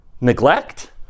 neglect